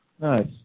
Nice